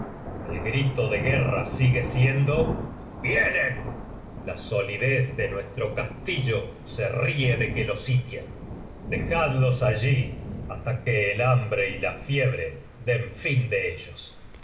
el grito de guerra sigue siendo vienen la solidez de nuestro castillo se ríe de que lo sitien dejadlos allí hasta que el hambre y la fiebre den fin de ellos